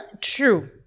True